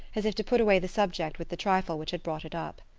as if to put away the subject with the trifle which had brought it up.